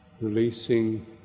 releasing